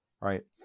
right